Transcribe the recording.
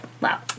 Wow